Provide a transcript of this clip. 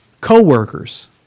Co-workers